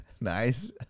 Nice